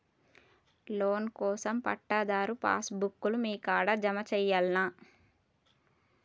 Loan కోసం పట్టాదారు passbook లు మీ కాడా జమ చేయల్నా?